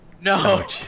no